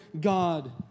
God